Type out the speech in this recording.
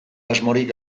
asmorik